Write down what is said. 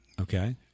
Okay